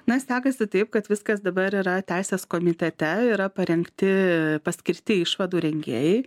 na sekasi taip kad viskas dabar yra teisės komitete yra parengti paskirti išvadų rengėjai